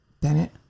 Bennett